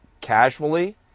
casually